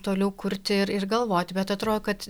toliau kurti ir ir galvot bet atrodo kad